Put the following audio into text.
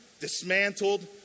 dismantled